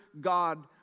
God